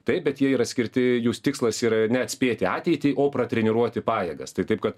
taip bet jie yra skirti jūs tikslas yra ne atspėti ateitį o pratreniruoti pajėgas tai taip kad